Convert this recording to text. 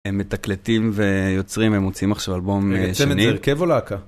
הם מתקלטים ויוצרים, הם מוציאים עכשיו אלבום שני. הם יוצאים את זה הרכב או להקה?